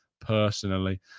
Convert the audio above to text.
personally